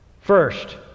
first